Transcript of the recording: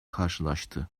karşılaştı